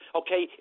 okay